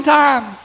time